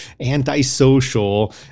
antisocial